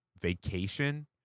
vacation